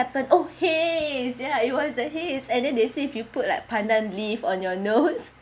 happened oh haze ya it was the haze and then they say if you put like pandan leaf on your nose